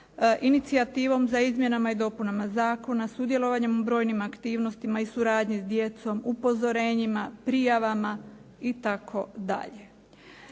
inicijativom za izmjenama i dopunama zakona, sudjelovanjem u brojnim aktivnostima i suradnji s djecom, upozorenjima, prijavama itd..